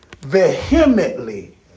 vehemently